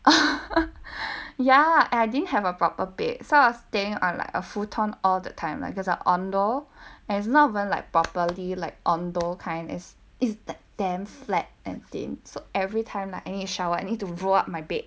ya and I didn't have a proper bed so I was staying on like a futon all the time like because indoor and is not even like properly like indoor kind is is damn flat and thin so everytime like I need shower I need to roll up my bed